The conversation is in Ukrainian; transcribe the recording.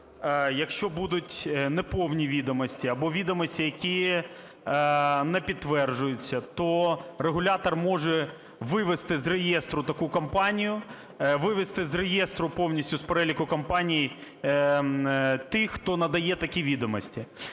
якщо будуть неповні відомості або відомості, які не підтверджуються, то регулятор може вивести з реєстру таку компанію, вивести з реєстру повністю з переліку компаній тих, хто надає такі відомості.